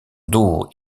dos